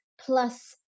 plus